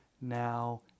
now